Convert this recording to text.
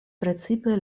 precipe